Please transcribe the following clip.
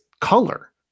color